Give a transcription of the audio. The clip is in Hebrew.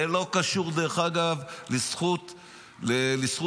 זה לא קשור, דרך אגב, לזכות הביטוי.